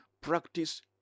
practice